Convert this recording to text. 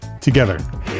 together